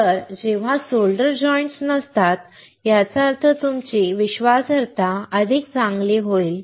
तर जेव्हा solder joints नसतात याचा अर्थ तुमची विश्वासार्हता अधिक चांगली होईल